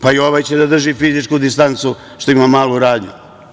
Pa, i ovaj će da drži fizičku distancu što ima malu radnju.